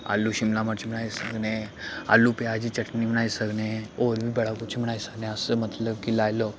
आलू शिमला मर्च बनाई सकने आलू प्याज चटनी बनाई सकने होर बी बड़ा कुछ बनाई सकने अस मतलब कि लाई लैओ